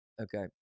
Okay